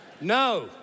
No